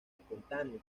espontáneo